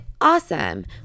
awesome